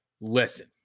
listen